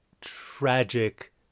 tragic